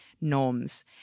norms